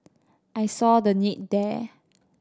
I saw the need there